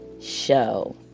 show